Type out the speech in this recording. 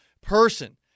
person